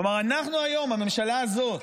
כלומר, אנחנו היום, הממשלה הזאת,